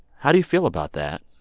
how do you feel about that?